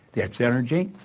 the x energy